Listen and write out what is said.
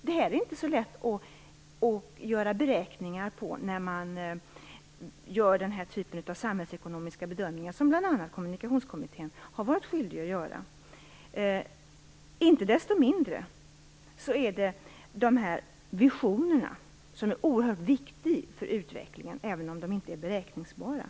Det är inte lätt att göra beräkningar på sådant, när man gör den typen av samhällekonomiska bedömningar som bl.a. Kommunikationskommittén har varit skyldiga att göra. Inte desto mindre är dessa visioner oerhört viktiga för utvecklingen, även om de inte är beräkningsbara.